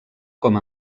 com